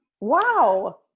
Wow